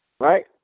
right